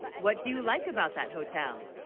what do you like, about that hotel